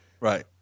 Right